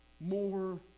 more